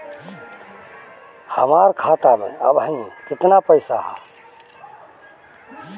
हमार खाता मे अबही केतना पैसा ह?